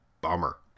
Bummer